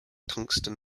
tungsten